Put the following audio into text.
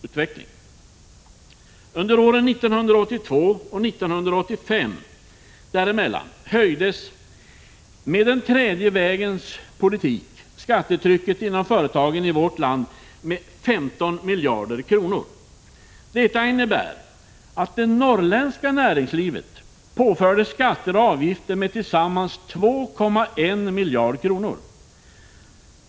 Under åren 1982-1985 höjdes med den tredje vägens politik skattetrycket inom företagen i vårt land med 15 miljarder kronor. Detta innebär att det norrländska näringslivet påfördes skatter och avgifter med tillsammans ca 2,1 miljarder kronor.